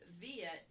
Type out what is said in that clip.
via